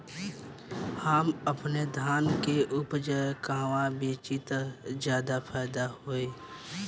हम अपने धान के उपज कहवा बेंचि त ज्यादा फैदा होई?